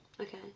Okay